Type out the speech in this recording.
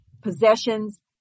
possessions